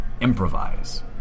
improvise